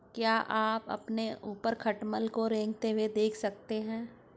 क्या आप अपने ऊपर खटमल को रेंगते हुए देख सकते हैं?